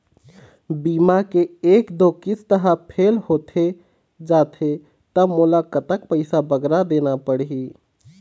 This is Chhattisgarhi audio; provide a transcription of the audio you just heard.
बीमा के एक दो किस्त हा फेल होथे जा थे ता मोला कतक पैसा बगरा देना पड़ही ही?